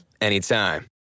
anytime